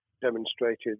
demonstrated